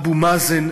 אבו מאזן,